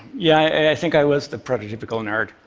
yeah, i think i was the prototypical nerd.